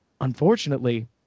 unfortunately